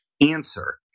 answer